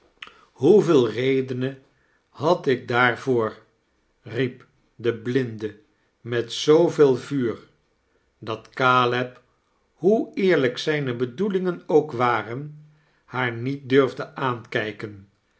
hoeveel redenen had ik daar voor riep de blinde met zooveel vuur dat caleb hoe eerlijk zijne hedoelingen ook waren haar niet durfde aankijken